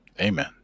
Amen